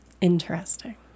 Interesting